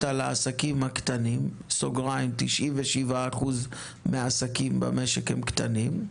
על העסקים הקטנים (97% מהעסקים במשק הם קטנים),